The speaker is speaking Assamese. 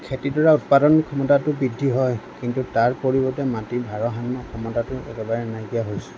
খেতিডৰাৰ উৎপাদন ক্ষমতাটো বৃদ্ধি হয় কিন্তু তাৰ পৰিৱৰ্তে মাটিৰ ভাৰসাম্য ক্ষমতাটো একেবাৰে নাইকিয়া হৈছে